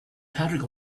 patrick